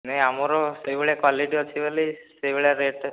ନାଇ ଆମର ସେହି ଭଳିଆ କ୍ୱାଲିଟି ଅଛି ବୋଲି ସେହି ଭଳିଆ ରେଟ